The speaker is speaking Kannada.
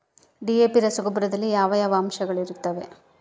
ಡಿ.ಎ.ಪಿ ರಸಗೊಬ್ಬರದಲ್ಲಿ ಯಾವ ಯಾವ ಅಂಶಗಳಿರುತ್ತವರಿ?